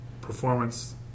performance